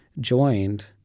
joined